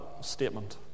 statement